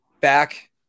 back